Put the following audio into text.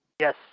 Yes